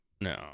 No